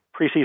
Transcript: preseason